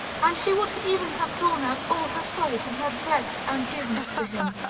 and she would even have drawn out all her soul from her breast and given it to him,